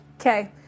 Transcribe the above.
Okay